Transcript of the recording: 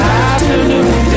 afternoon